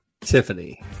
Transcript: Tiffany